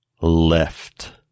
Left